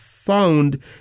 found